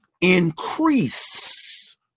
increase